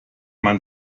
man